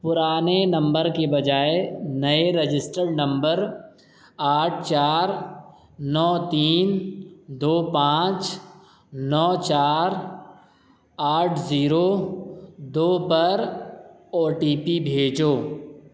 پرانے نمبر کے بجائے نئے رجسٹرڈ نمبر آٹھ چار نو تین دو پانچ نو چار آٹھ زیرو دو پر او ٹی پی بھیجو